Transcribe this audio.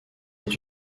est